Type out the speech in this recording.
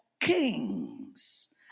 kings